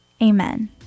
Amen